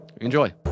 enjoy